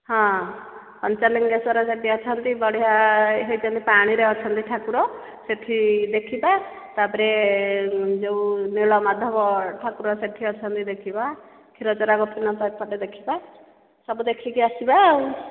ହଁ ପଞ୍ଚଲିଙ୍ଗେଶ୍ୱର ସେଠି ଅଛନ୍ତି ବଢ଼ିଆ ହୋଇଛନ୍ତି ପାଣିରେ ଅଛନ୍ତି ଠାକୁର ସେଠି ଦେଖିବା ତା'ପରେ ଯେଉଁ ନୀଳମାଧବ ଠାକୁର ସେଇଠି ଅଛନ୍ତି ଦେଖିବା କ୍ଷୀରଚୋରା ଗୋପୀନାଥ ଏପଟେ ଦେଖିବା ସବୁ ଦେଖିକି ଆସିବା ଆଉ